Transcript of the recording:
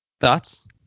Thoughts